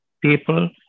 people